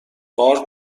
بار